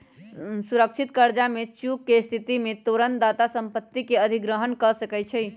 सुरक्षित करजा में चूक के स्थिति में तोरण दाता संपत्ति के अधिग्रहण कऽ सकै छइ